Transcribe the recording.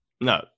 No